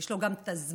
יש לו גם את הזמן,